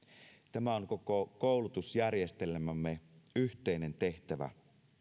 tämä on koko koulutusjärjestelmämme yhteinen tehtävä